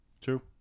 True